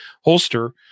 holster